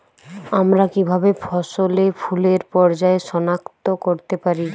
আমরা কিভাবে ফসলে ফুলের পর্যায় সনাক্ত করতে পারি?